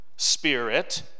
spirit